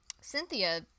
Cynthia